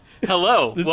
Hello